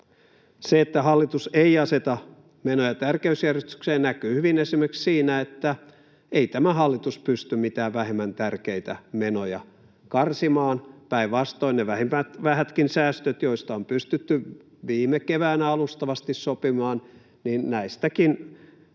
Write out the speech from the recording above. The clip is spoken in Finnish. Se, että hallitus ei aseta menoja tärkeysjärjestykseen, näkyy hyvin esimerkiksi siinä, että ei tämä hallitus pysty mitään vähemmän tärkeitä menoja karsimaan, päinvastoin kaikista niistä vähistäkin menosäästöistä, joista on pystytty viime keväänä alustavasti sopimaan, on